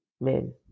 men